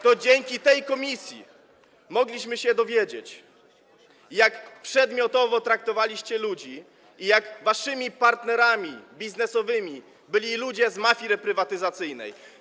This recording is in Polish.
To dzięki tej komisji mogliśmy się dowiedzieć, jak przedmiotowo traktowaliście ludzi i że waszymi partnerami biznesowymi byli ludzie z mafii reprywatyzacyjnej.